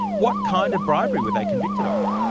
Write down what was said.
what kind of bribery were they convicted off?